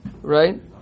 Right